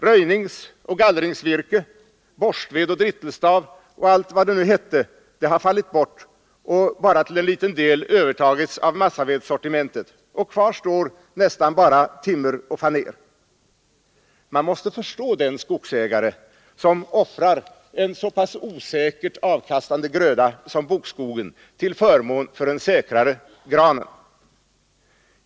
Röjningsoch gallringsvirke, borstved och drittelstav och allt vad det nu en gång var har fallit bort som inkomstkälla och bara till en liten del ersatts av massavedssortimentet. Kvar blir nästan bara timmer och faner. Man måste förstå den skogsägare som offrar en så pass osäkert avkastande gröda som bokskogen till förmån för den säkrare granen.